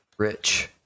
rich